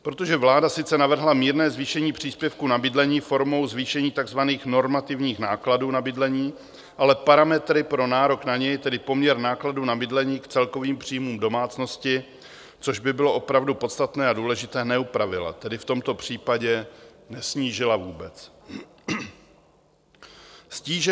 Protože vláda sice navrhla mírné zvýšení příspěvku na bydlení formou zvýšení takzvaných normativních nákladů na bydlení, ale parametry pro nárok na něj, tedy poměr nákladů na bydlení k celkovým příjmům domácnosti, což by bylo opravdu podstatné důležité, neupravila, tedy v tomto případě nesnížila vůbec.